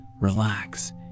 relax